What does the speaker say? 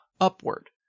upward